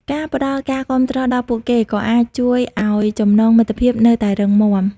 ការផ្តល់ការគាំទ្រដល់ពួកគេ ក៏អាចជួយឲ្យចំណងមិត្តភាពនៅតែរឹងមាំ។